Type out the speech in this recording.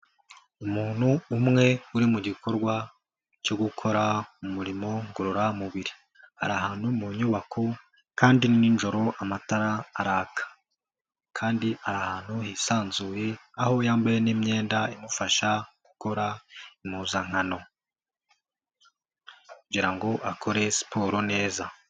Umuntu umwe uri mu gikorwa cyo gukora umurimo ngororamubiri, ari ahantu mu nyubako kandi nijoro amatara araka, kandi ari ahantu hisanzuye aho yambaye n'imyenda imufasha gukora impuzankano kugira ngo akore siporo neza.